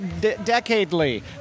decadely